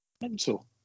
Mental